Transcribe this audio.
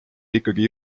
ikkagi